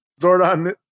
Zordon